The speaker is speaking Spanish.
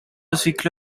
ciclo